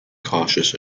cautious